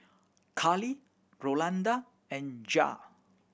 Carlee Rolanda and Jared